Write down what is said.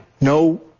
No